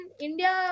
India